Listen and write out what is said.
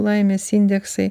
laimės indeksai